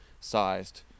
sized